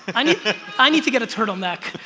i need i need to get a turtleneck.